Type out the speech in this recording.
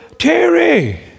Terry